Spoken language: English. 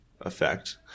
effect